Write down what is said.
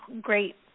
great